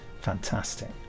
fantastic